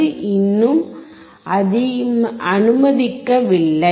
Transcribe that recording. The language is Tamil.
அது இன்னும் அனுமதிக்கவில்லை